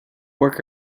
work